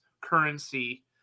currency